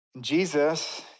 Jesus